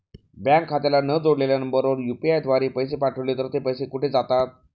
Bank खात्याला न जोडलेल्या नंबरवर यु.पी.आय द्वारे पैसे पाठवले तर ते पैसे कुठे जातात?